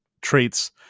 traits